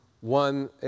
one